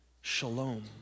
shalom